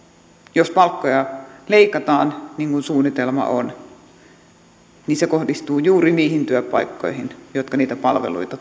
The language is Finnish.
jos palkkoja leikataan niin kuin suunnitelma on se kohdistuu juuri niihin työpaikkoihin jotka niitä palveluita